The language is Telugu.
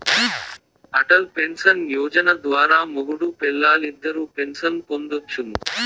అటల్ పెన్సన్ యోజన ద్వారా మొగుడూ పెల్లాలిద్దరూ పెన్సన్ పొందొచ్చును